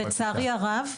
לצערי הרב,